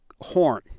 horn